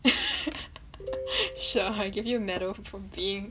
sure I give you a medal for being